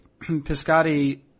Piscotti